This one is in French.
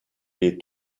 les